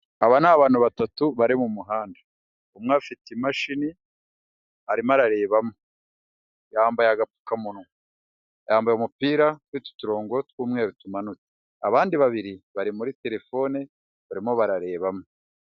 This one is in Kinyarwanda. Aba ni abantu batatu bari mu muhanda, umwe afite imashini arimo ararebamo, yambaye agapfukamunwa, yambaye umupira ufite uturongo tw'umweru tumanutse, abandi babiri bari muri telefone barimo bararebamo.